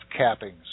cappings